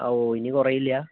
ആ ഓ ഇനി കുറയില്ലേ